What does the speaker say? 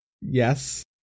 Yes